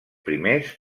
primers